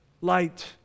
light